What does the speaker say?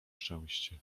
szczęście